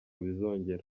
bizongera